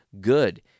Good